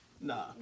Nah